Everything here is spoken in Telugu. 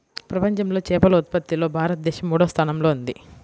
ప్రపంచంలో చేపల ఉత్పత్తిలో భారతదేశం మూడవ స్థానంలో ఉంది